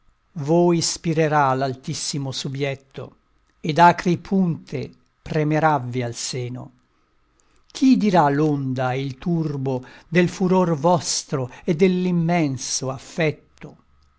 voi spirerà l'altissimo subbietto ed acri punte premeravvi al seno chi dirà l'onda e il turbo del furor vostro e dell'immenso affetto